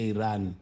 Iran